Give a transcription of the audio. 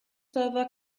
server